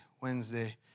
Wednesday